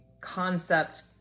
concept